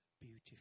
beautiful